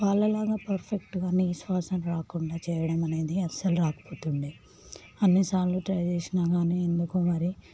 వాళ్ళలాగా పర్ఫెక్ట్గా నీసు వాసన రాకుండా చేయడం అనేది అస్సలు రాకపోతుండే అన్నిసార్లు ట్రై చేసినా గానీ ఎందుకో మరి